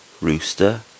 Rooster